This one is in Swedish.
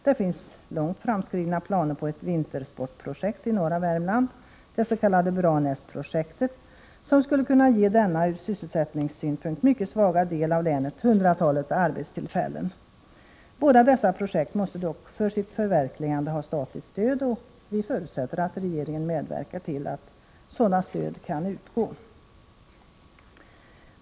Det finns långt framskridna planer på ett vintersportprojekt i norra Värmland — det s.k. Branäsprojektet — som skulle kunna ge denna ur sysselsättningssynpunkt mycket svaga del av länet ett hundratal arbetstillfällen. Båda dessa projekt måste dock för sitt förverkligande ha statligt stöd, och vi förutsätter att regeringen medverkar till att sådant stöd kan utgå.